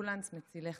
אמבולנס מצילי חיים.